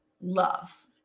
love